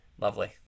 Lovely